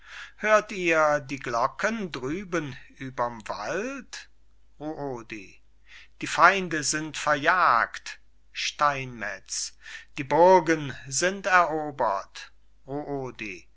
hört ihr die glocken drüben überm wald ruodi die feinde sind verjagt steinmetz die burgen sind erobert